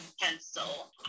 pencil